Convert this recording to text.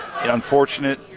unfortunate